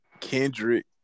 Kendrick